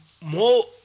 more